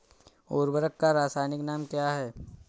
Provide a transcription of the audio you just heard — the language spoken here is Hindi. उर्वरक का रासायनिक नाम क्या है?